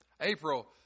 April